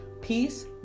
peace